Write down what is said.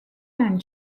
and